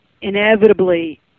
inevitably